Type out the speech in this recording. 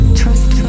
trust